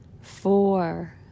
four